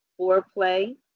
foreplay